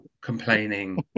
complaining